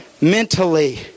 Mentally